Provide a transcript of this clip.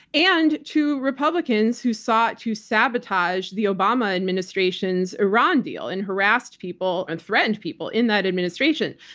and to republicans who sought to sabotage the obama administration's iran deal and harassed people and threatened people in that administration.